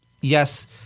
yes